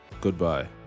Goodbye